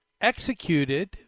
executed